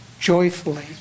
joyfully